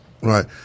Right